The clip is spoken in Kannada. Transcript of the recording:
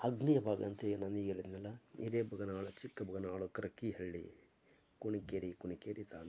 ಆಗ್ನೇಯ ಭಾಗ ಅಂತ ಏನು ನಾನೀಗ ಹೇಳಿದ್ನಲ್ಲ ಹಿರೇಬಗನಾಳ ಚಿಕ್ಕಬಗನಾಳ ಕರ್ಕಿಹಳ್ಳಿ ಕುಣಿಕೇರಿ ಕುಣಿಕೇರಿ ತಾಂಡ